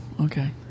okay